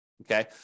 okay